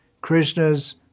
Krishna's